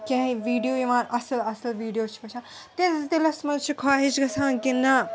کیٚنٛہہ وِیڈیو یِوان اَصٕل اَصٕل وِیڈیو چھِ وُچھان تِہٕنٛدِس دِلَس منٛز چھُ خٲہِش گژھان کہِ نہَ